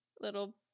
little